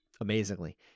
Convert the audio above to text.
amazingly